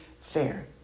fair